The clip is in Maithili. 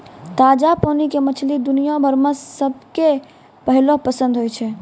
ताजा पानी के मछली दुनिया भर मॅ सबके पहलो पसंद होय छै